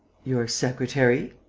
your secretary?